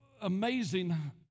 amazing